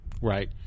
Right